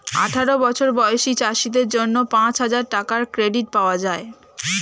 আঠারো বছর বয়সী চাষীদের জন্য পাঁচহাজার টাকার ক্রেডিট পাওয়া যায়